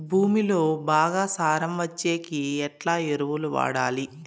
భూమిలో బాగా సారం వచ్చేకి ఎట్లా ఎరువులు వాడాలి?